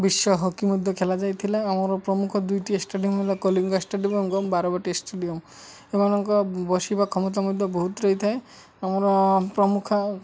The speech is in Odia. ବିଶ୍ୱ ହକି ମଧ୍ୟ ଖେଳା ଯାଇଥିଲା ଆମର ପ୍ରମୁଖ ଦୁଇଟି ଷ୍ଟାଡ଼ିୟମ ହେଲା କଳିଙ୍ଗ ଷ୍ଟାଡ଼ିୟମ ଏବଂ ବାରବାଟୀ ଷ୍ଟାଡ଼ିୟମ ଏମାନଙ୍କ ବସିବା କ୍ଷମତା ମଧ୍ୟ ବହୁତ ରହିଥାଏ ଆମର ପ୍ରମୁଖ